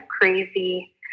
crazy